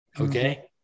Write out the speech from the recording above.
okay